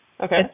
Okay